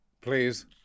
Please